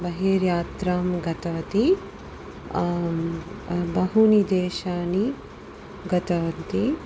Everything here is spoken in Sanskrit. बहिः यात्रां गतवती बहूनि देशानि गतवती